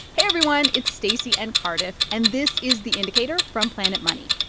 everyone. it's stacey and cardiff. and this is the indicator from planet money.